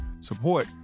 support